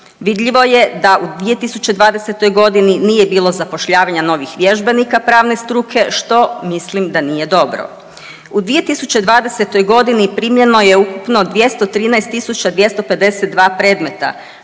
Vidljivo je da u 2020. g. nije bilo zapošljavanja novih vježbenika pravne struke, što mislim da nije dobro. U 2020. g. primljeno je ukupno 213 252 predmeta,